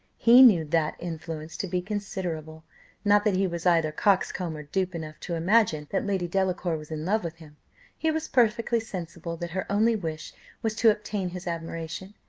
he knew that influence to be considerable not that he was either coxcomb or dupe enough to imagine that lady delacour was in love with him he was perfectly sensible that her only wish was to obtain his admiration,